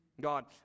God